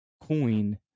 coin